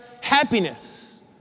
happiness